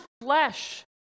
flesh